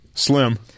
Slim